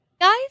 Guys